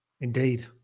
Indeed